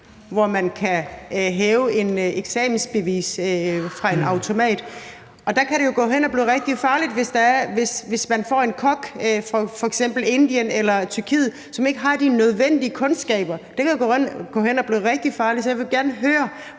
hvor man kan hæve et eksamensbevis i en automat, og det kan jo gå hen og blive rigtig farligt, hvis man får en kok fra f.eks. Indien eller Tyrkiet, som ikke har de nødvendige kundskaber. Det kan jo gå hen og blive rigtig farligt, så jeg vil gerne høre,